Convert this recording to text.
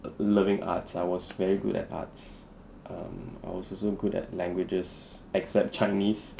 loving arts I was very good at arts um I was also good at languages except chinese